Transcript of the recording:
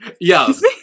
yes